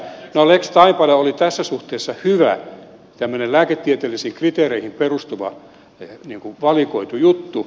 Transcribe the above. no lex taipale oli tässä suhteessa hyvä tämmöinen lääketieteellisiin kriteereihin perustuva niin kuin valikoitu juttu